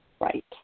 right